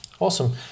Awesome